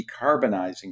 decarbonizing